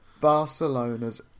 Barcelona's